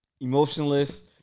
emotionless